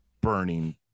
burning